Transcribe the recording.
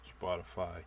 Spotify